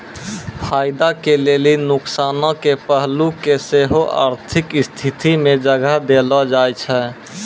फायदा के लेली नुकसानो के पहलू के सेहो आर्थिक स्थिति मे जगह देलो जाय छै